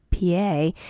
PA